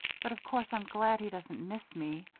but of course i'm glad he doesn't miss me.